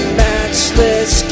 matchless